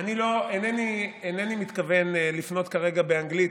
אני אינני מתכוון לפנות כרגע באנגלית,